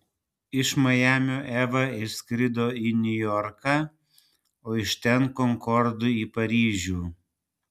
iš majamio eva išskrido į niujorką o iš ten konkordu į paryžių